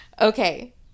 okay